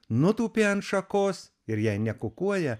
nutūpė ant šakos ir jei nekukuoja